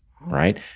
right